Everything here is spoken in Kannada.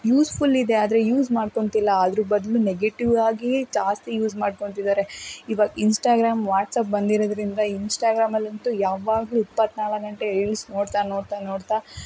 ಯೂಸ್ಫುಲ್ ಇದೆ ಆದರೆ ಯೂಸ್ ಮಾಡ್ಕೊಂತಿಲ್ಲ ಅದರ ಬದ್ಲು ನೆಗೆಟಿವಾಗಿಯೇ ಜಾಸ್ತಿ ಯೂಸ್ ಮಾಡ್ಕೊತಿದಾರೆ ಇವಾಗ ಇನ್ಸ್ಟಾಗ್ರಾಮ್ ವಾಟ್ಸಾಪ್ ಬಂದಿರೋದ್ರಿಂದ ಇನ್ಸ್ಟಾಗ್ರಾಮಲ್ಲಂತೂ ಯಾವಾಗಲೂ ಇಪ್ಪತ್ನಾಲ್ಕು ಗಂಟೆ ರೀಲ್ಸ್ ನೋಡ್ತ ನೋಡ್ತ ನೋಡ್ತ